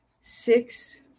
six